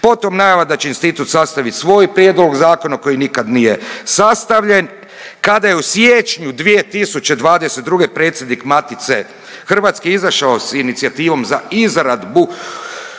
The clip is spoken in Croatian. Potom najava da će institut sastavit svoj prijedlog zakona koji nikad nije sastavljen. Kada je u siječnju 2022. predsjednik Matice hrvatske izašao sa inicijativom za izradbu